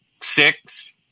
six